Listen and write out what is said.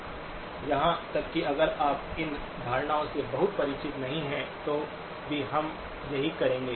यहां तक कि अगर आप इन धारणाओं से बहुत परिचित नहीं हैं तो भी हम यही करेंगे